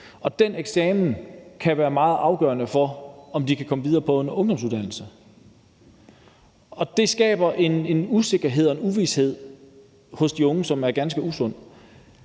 og den eksamen kan være meget afgørende for, om de kan komme videre på en ungdomsuddannelse, og det skaber en usikkerhed og en uvished hos de unge, som er ganske usund.